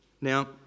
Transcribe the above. Now